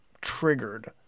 triggered